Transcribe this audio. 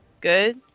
good